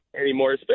anymore